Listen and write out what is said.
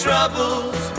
Troubles